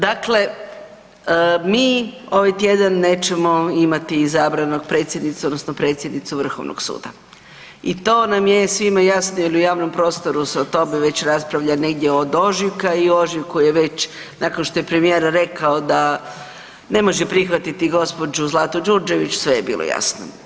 Dakle, mi ovaj tjedan nećemo imati izabranu predsjednicu odnosno predsjednika Vrhovnog suda i to nam je svima jasno jel u javnom prostoru se o tome već raspravlja negdje od ožujka i u ožujku je već nakon što je premijer rekao da ne može prihvatiti gospođu Zlatu Đurđević sve je bilo jasno.